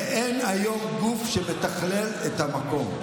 ואין היום גוף שמתכלל את המקום,